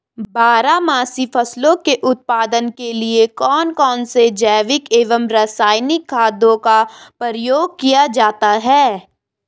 बारहमासी फसलों के उत्पादन के लिए कौन कौन से जैविक एवं रासायनिक खादों का प्रयोग किया जाता है?